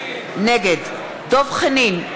נגד דב חנין,